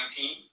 19